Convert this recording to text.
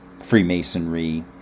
Freemasonry